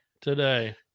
today